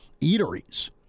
eateries